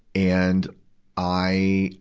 and i,